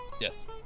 Yes